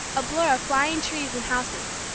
a blur of flying trees and houses,